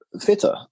fitter